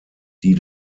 die